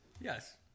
Yes